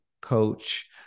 coach